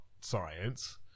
science